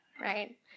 right